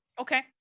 Okay